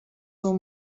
del